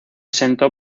sentó